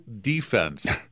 defense